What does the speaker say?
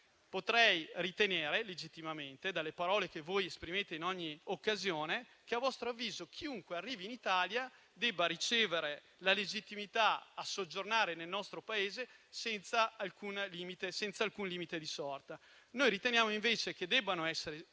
potrei ritenere legittimamente, dalle parole che voi pronunciate in ogni occasione, che a vostro avviso chiunque arrivi in Italia debba ricevere la legittimità a soggiornare nel nostro Paese senza limite di sorta. Noi riteniamo, invece, che debbano esistere